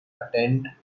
attend